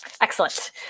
Excellent